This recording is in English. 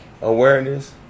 awareness